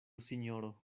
sinjoro